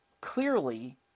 clearly